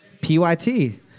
P-Y-T